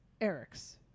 Eric's